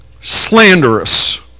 slanderous